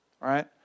right